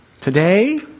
Today